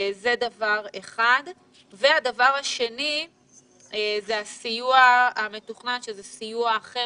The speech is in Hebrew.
הדבר השני זה הסיוע המתוכנן שזה סיוע אחר,